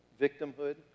victimhood